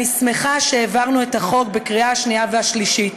אני שמחה שהעברנו את החוק בקריאה השנייה והשלישית.